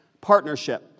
partnership